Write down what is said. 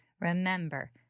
remember